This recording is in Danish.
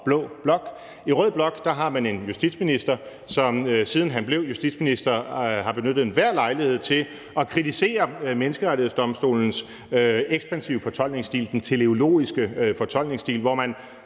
blå blok. I rød blok har man en justitsminister, som, siden han blev justitsminister, har benyttet enhver lejlighed til at kritisere Menneskerettighedsdomstolens ekspansive fortolkningsstil, den teleologiske fortolkningsstil, hvor man,